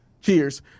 Cheers